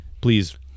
please